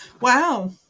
Wow